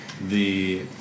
the-